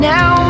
Now